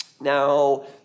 Now